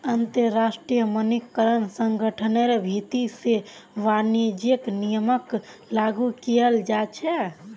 अंतरराष्ट्रीय मानकीकरण संगठनेर भीति से वाणिज्यिक नियमक लागू कियाल जा छे